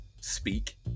speak